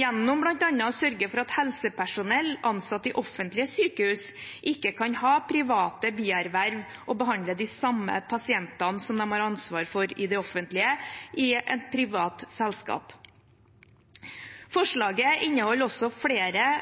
gjennom bl.a. å sørge for at helsepersonell ansatt i offentlige sykehus ikke kan ha private bierverv og behandle de samme pasientene som de har ansvar for i det offentlige, i et privat selskap. Forslaget inneholder også flere